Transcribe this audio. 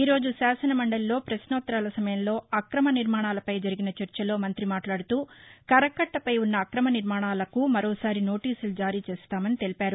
ఈరోజు శాసనమండలిలో పశ్వోత్తరాల సమయంలో అక్రమ నిర్వాణాలపై జరిగిన చర్చలో మంతి మాట్లాడుతూ కరకట్లపై ఉన్న అక్రమ నిర్వాణాలకు మరోసారి నోటీసులు జారీ చేస్తామని తెలిపారు